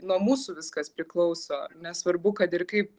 nuo mūsų viskas priklauso nesvarbu kad ir kaip